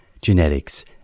genetics